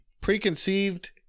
preconceived